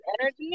energy